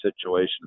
situation